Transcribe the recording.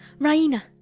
Raina